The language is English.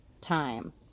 time